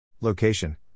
Location